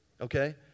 okay